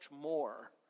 more